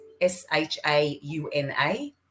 S-H-A-U-N-A